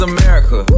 America